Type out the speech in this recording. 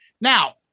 Now